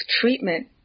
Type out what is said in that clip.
treatment